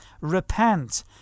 Repent